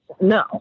No